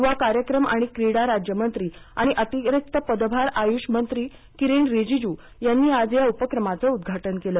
युवा कार्यक्रम आणि क्रीडा राज्यमंत्री आणि अतिरिक्त पदभार आयुष मंत्री किरण रिजिज् यांनी आज या उपक्रमाचं उद्घाटन केलं